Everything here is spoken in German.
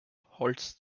holz